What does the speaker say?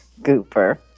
Gooper